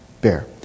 bear